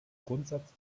grundsatz